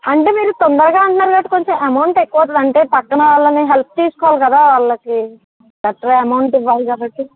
అంటే మీరు తొందరగా అంటున్నారు కాబట్టి కొంచెం అమౌంట్ ఎక్కువ అవుతుంది అంటే పక్కన వాళ్ళని హెల్ప్ తీసుకోవాలి కదా వాళ్ళకి ఎక్స్ట్రా అమౌంట్ ఇవ్వాలి కాబట్టి